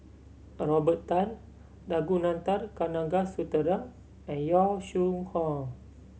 a Robert Tan Ragunathar Kanagasuntheram and Yong Shu Hoong